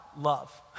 love